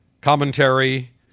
commentary